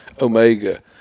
Omega